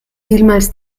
vielmals